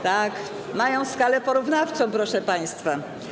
Tak, mają skalę porównawczą, proszę państwa.